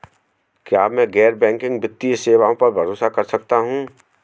क्या मैं गैर बैंकिंग वित्तीय सेवाओं पर भरोसा कर सकता हूं?